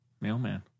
Mailman